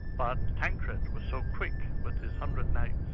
but tancred was so quick with hundred knights,